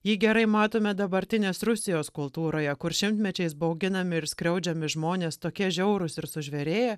jį gerai matome dabartinės rusijos kultūroje kur šimtmečiais bauginami ir skriaudžiami žmonės tokie žiaurūs ir sužvėrėję